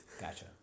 Gotcha